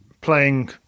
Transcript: playing